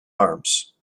arms